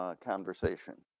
ah conversation.